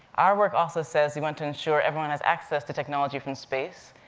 our work also says we want to ensure everyone has access to technology from space,